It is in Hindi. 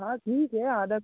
हाँ ठीक है आधा